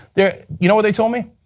yeah you know what they told me?